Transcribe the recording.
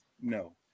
No